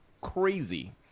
crazy